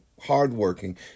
hardworking